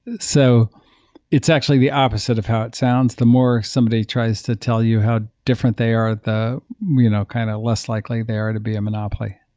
so it's actually the opposite of how it sounds. the more somebody tries to tell you how different they are, the you know kind of less likely they are to be a monopoly.